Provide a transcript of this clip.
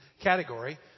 category